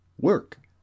Work